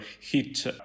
hit